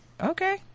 Okay